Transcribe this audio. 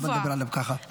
חבל לדבר עליו ככה.